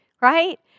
right